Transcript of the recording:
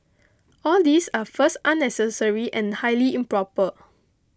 all these are first unnecessary and highly improper